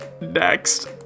Next